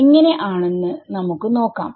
എങ്ങനെ ആണെന്ന് നമുക്ക് നോക്കാം